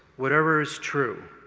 whatever is true,